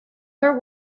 her